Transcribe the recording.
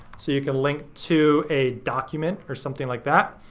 so you can link to a document or something like that.